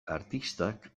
artistak